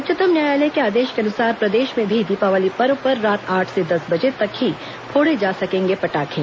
उच्चतम न्यायालय के आदेश के अनुसार प्रदेश में भी दीपावली पर्व पर रात आठ से दस बजे तक ही फोड़े जा सकेंगे पटाखे